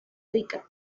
rica